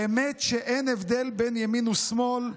באמת שאין הבדל בין ימין לשמאל,